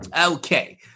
Okay